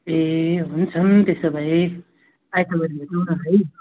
ए हुन्छ नि त्यसो भए आइतवार भेटौँ न है